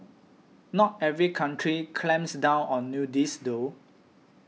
not every country clamps down on nudists though